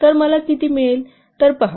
तर मला किती मिळेल